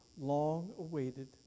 long-awaited